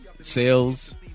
sales